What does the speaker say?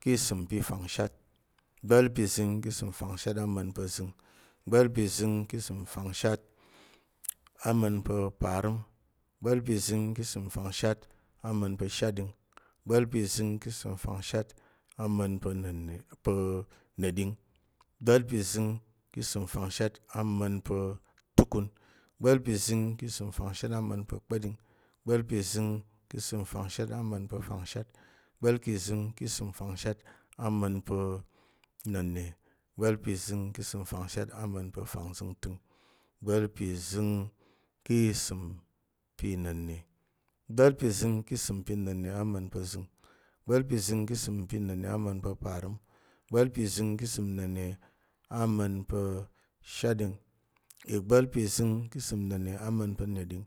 Ki isəm fangshat, igba̱l pi zəng ki isəm fangshat ama̱n pa̱ zəng, igba̱l pi zəng ki isəm fangshat ama̱n pa̱ parəm, igba̱l pi zəng ki isəm fangshat ama̱n pa̱ shatɗing, igba̱l pi zəng ki isəm fangshat ama̱n pa̱ na̱nne pa̱ neɗing, igba̱l pi zəng ki isəm fangshat ama̱n pa̱ tukun, igba̱l pi zəng ki isəm fangshat ama̱n pa̱ kpa̱ɗing, igba̱l pi zəng ki isəm fangshat ama̱n pa̱ fangshat, igba̱l pi zəng ki isəm fangshat ama̱n pa̱ na̱nne, igba̱l pi zəng ki isəm fangshat ama̱n pa̱ fangzəngtəng, igba̱l pi zəng ki isəm pi na̱nne, igba̱l pi zəng ki isəm pi na̱nne ama̱n pa̱ zəng, igba̱l pi zəng ki isəm pi na̱nne ama̱n pa̱ parəm, igba̱l pi zəng ki isəm na̱nne ama̱n pa̱ shatɗing, igba̱l pi zəng ki isəm na̱nne ama̱n pa̱ neɗing,